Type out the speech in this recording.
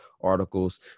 articles